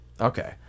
Okay